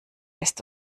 ist